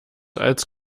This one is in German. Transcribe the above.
als